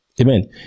Amen